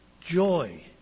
joy